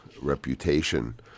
reputation